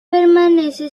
permanece